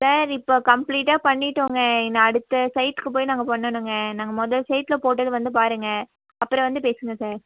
sir இப்போ கம்ப்ளீட்டாக பண்ணி விட்டோங்க இன் அடுத்த சைட்டுக்குப் போய் நாங்கள் பண்ணனுங்க நாங்கள் முத சைட்டில் போட்டது வந்து பாருங்கள் அப்புறம் வந்து பேசுங்கள் சார்